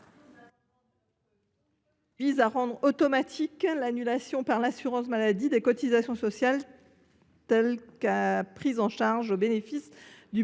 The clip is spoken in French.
vise à rendre automatique l’annulation par l’assurance maladie des cotisations sociales prises en charge au bénéfice d’un